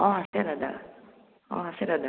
অ' আছে দাদা অ' আছে দাদা